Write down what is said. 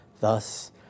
Thus